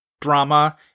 drama